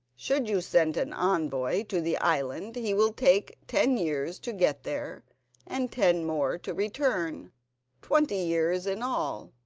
should you send an envoy to the island he will take ten years to get there and ten more to return twenty years in all.